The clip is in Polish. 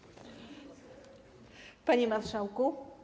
Panie Marszałku!